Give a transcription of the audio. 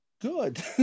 good